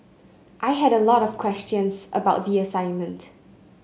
I had a lot of questions about the assignment